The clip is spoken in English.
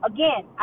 Again